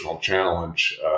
challenge